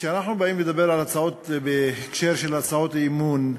כשאנחנו באים לדבר על הצעות בהקשר של הצעות אי-אמון,